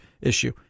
issue